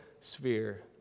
sphere